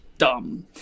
dumb